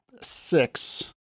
six